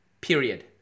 period